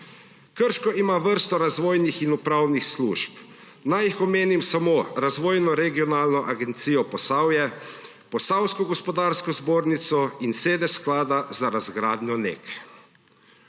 Krško ima vrsto razvojnih in upravnih služb. Naj jih omenim samo Razvojno regionalno agencijo Posavje, Posavsko gospodarsko zbornico in sedež Sklada za razgradnjo NEK.